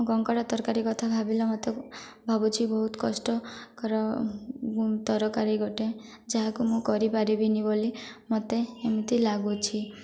କଙ୍କଡ଼ା ତରକାରୀ କଥା ଭାବିଲା ମୋତେ ଭାବୁଛି ବହୁତ କଷ୍ଟକର ତରକାରୀ ଗୋଟେ ଯାହାକୁ ମୁଁ କରିପାରିବିନିନି ବୋଲି ମୋତେ ଏମିତି ଲାଗୁଛି